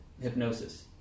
hypnosis